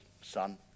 son